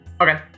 Okay